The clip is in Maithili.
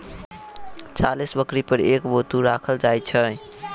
चालीस बकरी पर एक बत्तू राखल जाइत छै